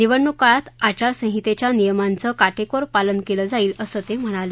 निवडणुक काळात आचारसांहितेच्या नियमांचं काटेकोर पालन केलं जाईल असं ते म्हणाले